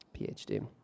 PhD